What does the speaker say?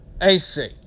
AC